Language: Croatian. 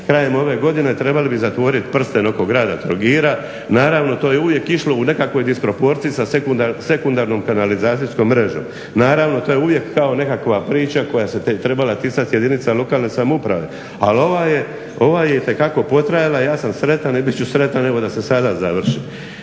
krajem ove godine trebali bi zatvoriti prsten oko grada Trogira. Naravno to je uvijek išlo u nekakvoj disproporciji sa sekundarnom kanalizacijskom mrežom. Naravno to je uvijek kao nekakva priča koja se trebala ticati jedinica lokalne samouprave, ali ova je itekako potrajala. Ja sam sretan i bit ću sretan evo i da se sada završi.